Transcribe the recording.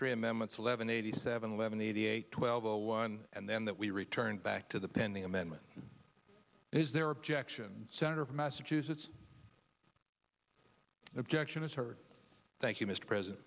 three amendments eleven eighty seven eleven eighty eight twelve zero one and then that we return back to the pending amendment is there objection senator from massachusetts objection is heard thank you mr president